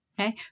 Okay